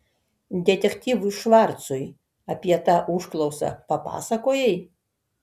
detektyvui švarcui apie tą užklausą papasakojai